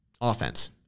offense